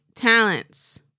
Talents